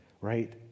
right